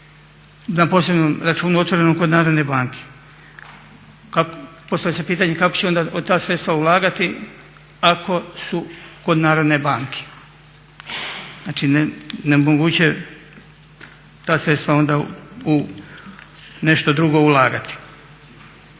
Na posebnom računu otvorenom kod Narodne banke. Postavlja se pitanje kako će onda ta sredstva ulagati ako su kod Narodne banke? Znači nemoguće je ta sredstva onda u nešto drugo ulagati.